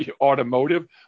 automotive